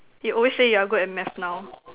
you always say you're good at math now